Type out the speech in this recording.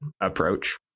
approach